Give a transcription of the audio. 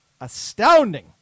Astounding